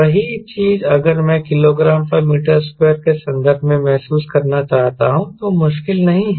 वही चीज अगर मैं kgm2 के संदर्भ में महसूस करना चाहता हूं तो मुश्किल नहीं है